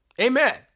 Amen